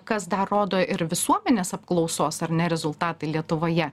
kas dar rodo ir visuomenės apklausos ar ne rezultatai lietuvoje